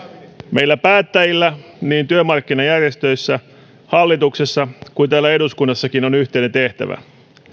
meillä päättäjillä niin työmarkkinajärjestöissä hallituksessa kuin täällä eduskunnassakin on yhteinen tehtävä